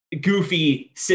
goofy